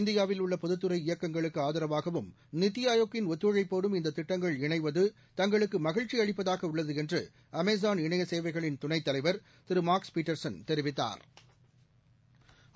இந்தியாவில் உள்ள பொதுத்துறை இயக்கங்களுக்கு ஆதரவாகவும் நித்தி ஆயோக்கின் ஒத்துழைப்போடும் இந்த திட்டத்தில் இணைவது தங்களுக்கு மகிழ்ச்சி அளிப்பதாக உள்ளது என்று அமேஸான் இணைய சேவைகளின் துணைத்தலைவா் திரு மாக்ஸ் பீட்டர்சென் தெரிவித்தாா்